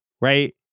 right